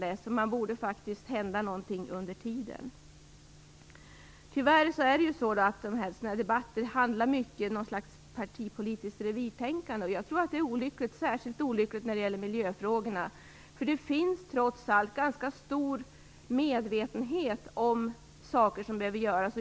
Det borde faktiskt hända något under tiden. Tyvärr hamnar sådana här debatter mycket i ett slags partipolitiskt revirtänkande. Jag tror att det är olyckligt, särskilt när det gäller miljöfrågorna. Det finns trots allt en ganska stor medvetenhet om vilka saker som behöver göras.